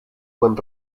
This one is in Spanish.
buen